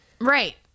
Right